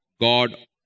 God